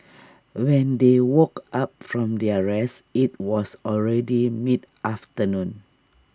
when they woke up from their rest IT was already mid afternoon